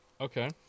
Okay